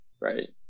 right